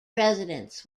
residents